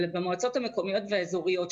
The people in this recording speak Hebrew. אבל במועצות המקומיות והאזוריות,